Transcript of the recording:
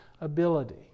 ability